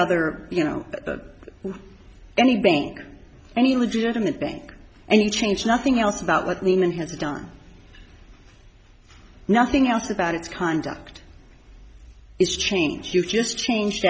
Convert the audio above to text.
other you know any bank any legitimate bank and you change nothing else about what lehman has done nothing else about its conduct it's changed you just changed